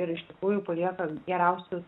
ir iš tikrųjų palieka geriausius